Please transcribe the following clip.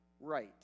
right